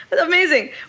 amazing